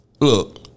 Look